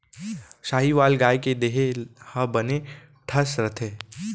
साहीवाल गाय के देहे ह बने ठस रथे